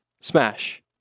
Smash